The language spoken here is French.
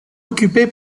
occupé